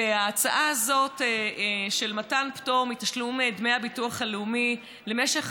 ההצעה הזאת של מתן פטור מתשלום דמי הביטוח הלאומי למשך